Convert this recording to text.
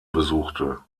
besuchte